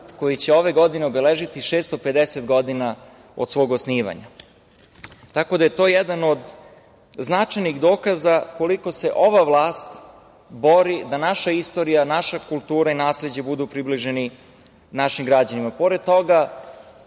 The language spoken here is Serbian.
koji će ove godine obeležiti 650 godina od svog osnivanja, tako da je to jedan od značajnih dokaza koliko se ova vlast bori da naša istorija, naša kultura i nasleđe budu približeni našim građanima. Pored